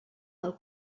del